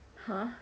!huh!